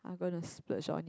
not gonna splurge on it